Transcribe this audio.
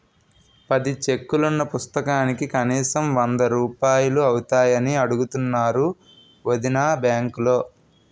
పది చెక్కులున్న పుస్తకానికి కనీసం వందరూపాయలు అవుతాయని అడుగుతున్నారు వొదినా బాంకులో